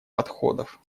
подходов